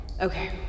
Okay